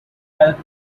help